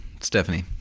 Stephanie